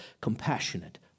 compassionate